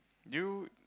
do you